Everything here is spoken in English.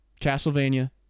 Castlevania